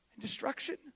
destruction